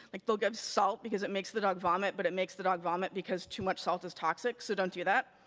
like they'll give salt because it makes the dog vomit but it makes the dog vomit because too much salt is toxic so don't do that.